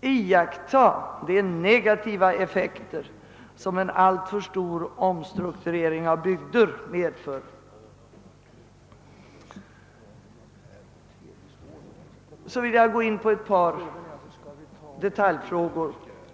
iaktta de negativa effekter som en alltför betydande omstrukturering av bygder medför. Jag skall helt kort beröra ett par detaljfrågor.